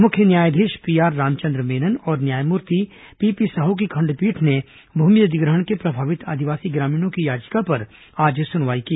मुख्य न्यायाधीश पीआर रामचंद्र मेनन और न्यायमूर्ति पीपी साहू की खंडपीठ ने भूमि अधिग्रहण के प्रभावित आदिवासी ग्रामीणों की याचिका पर आज सुनवाई की